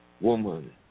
woman